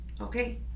Okay